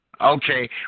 Okay